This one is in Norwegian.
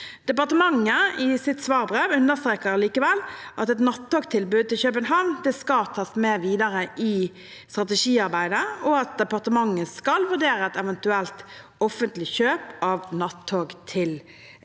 allikevel i sitt svarbrev at et nattogtilbud til København skal tas med videre i strategiarbeidet, og at departementet skal vurdere et eventuelt offentlig kjøp av nattog til